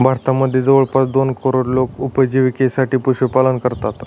भारतामध्ये जवळपास दोन करोड लोक उपजिविकेसाठी पशुपालन करतात